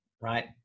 right